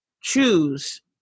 choose